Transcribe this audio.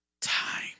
time